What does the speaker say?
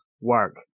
work